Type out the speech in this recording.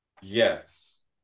yes